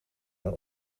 zijn